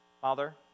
Father